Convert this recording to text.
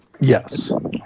Yes